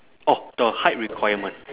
oh the height requirement